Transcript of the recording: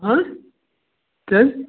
کیازِ